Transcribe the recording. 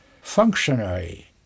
functionary